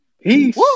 Peace